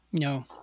No